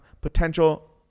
potential